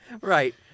Right